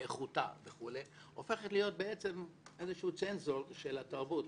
באיכותה וכולי הוא הפך להיות בעצם איזשהו צנזור של התרבות.